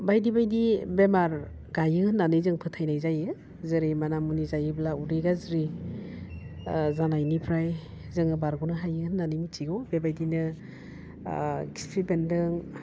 बायदि बायदि बेमार गायो होननानै जों फोथायनाय जायो जेरै माना मुनि जायोब्ला उदै गाज्रि ओह जानायनिफ्राय जोङो बारग'नो हायो होननानै मिथिगौ बेबायदिनो खिफि बेन्दों